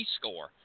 score